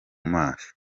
maso